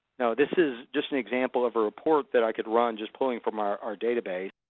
no. this is just an example of a report that i could run just pilling from our our database.